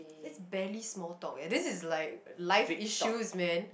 it's barely small talk eh this is like life issues man